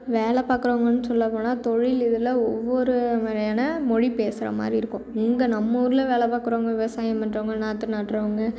வேலை பார்க்குறவங்கன்னு சொல்லப் போனால் தொழில் இதில் ஒவ்வொரு வகையான மொழி பேசுகிற மாதிரி இருக்கும் இங்கே நம்ம ஊரில் வேலை பார்க்குறவங்க விவசாயம் பண்ணுறவங்க நாற்று நடுறவங்க